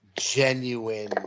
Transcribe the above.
genuine